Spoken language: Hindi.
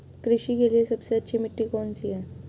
कृषि के लिए सबसे अच्छी मिट्टी कौन सी है?